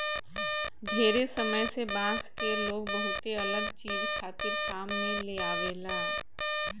ढेरे समय से बांस के लोग बहुते अलग चीज खातिर काम में लेआवेला